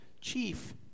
chief